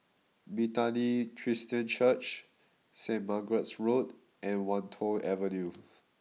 Bethany Christian Church Saint Margaret's Road and Wan Tho Avenue